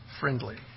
friendly